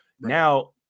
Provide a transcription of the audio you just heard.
now